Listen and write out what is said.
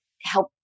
help